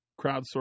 crowdsourced